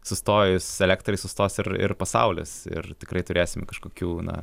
sustojus elektrai sustos ir ir pasaulis ir tikrai turėsim kažkokių na